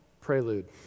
prelude